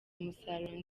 umusaruro